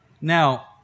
Now